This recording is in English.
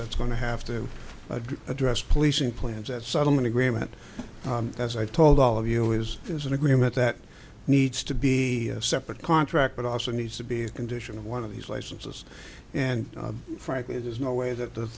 that's going to have to address policing plans at settlement agreement as i told all of you is is an agreement that needs to be separate contract but also needs to be a condition of one of these licenses and frankly there's no way that the